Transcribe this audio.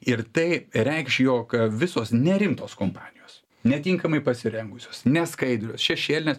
ir tai reikš jog visos nerimtos kompanijos netinkamai pasirengusios neskaidrios šešėlinės